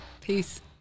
Peace